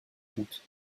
comptes